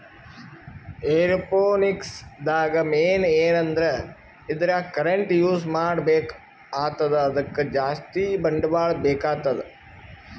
aeroponics ದಾಗ್ main ಏನಂದ್ರ ಇದ್ರಾಗ್ ಕರೆಂಟ್ ಯೂಸ್ ಮಾಡ್ಬೇಕ್ ಆತದ್ ಅದಕ್ಕ್ ಬಂಡವಾಳ್ ಜಾಸ್ತಿ ಬೇಕಾತದ್